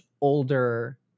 older